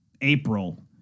april